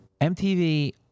MTV